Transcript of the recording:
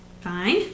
Fine